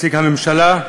נציג הממשלה,